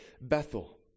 Bethel